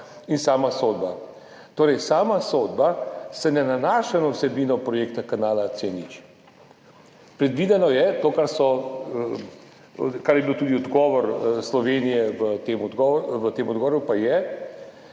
in sama sodba. Torej, sama sodba se ne nanaša na vsebino projekta kanala C0. Kar je bil tudi odgovor Slovenije v tem odgovoru, pa je